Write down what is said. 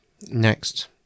Next